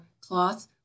cloth